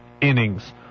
innings